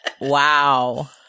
wow